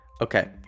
okay